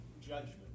judgment